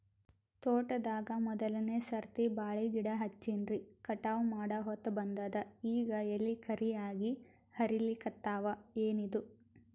ತೋಟದಾಗ ಮೋದಲನೆ ಸರ್ತಿ ಬಾಳಿ ಗಿಡ ಹಚ್ಚಿನ್ರಿ, ಕಟಾವ ಮಾಡಹೊತ್ತ ಬಂದದ ಈಗ ಎಲಿ ಕರಿಯಾಗಿ ಹರಿಲಿಕತ್ತಾವ, ಏನಿದು?